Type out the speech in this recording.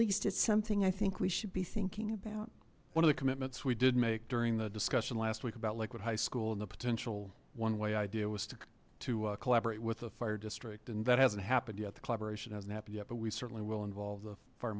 least it's something i think we should be thinking about one of the commitments we did make during the discussion last week about lakewood high school and the potential one way idea was to collaborate with a fire district and that hasn't happened yet the collaboration hasn't happened yet but we certainly will involve the fire